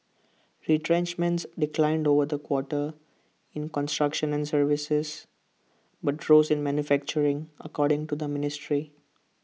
retrenchments declined over the quarter in construction and services but rose in manufacturing according to the ministry